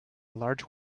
large